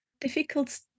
difficult